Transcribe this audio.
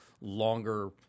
longer